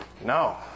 No